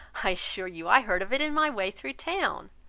i assure you i heard of it in my way through town.